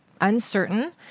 uncertain